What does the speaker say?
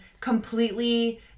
completely